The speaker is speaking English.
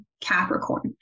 Capricorn